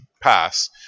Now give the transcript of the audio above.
pass